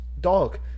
dog